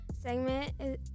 segment